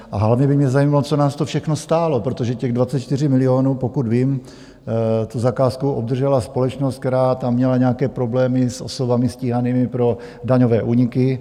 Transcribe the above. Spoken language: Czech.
Hlavně by mě zajímalo, co nás to všechno stálo, protože těch 24 milionů pokud vím, tu zakázku obdržela společnost, která tam měla nějaké problémy s osobami stíhanými pro daňové úniky.